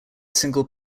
single